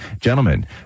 Gentlemen